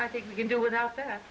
i think you can do without that